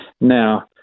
now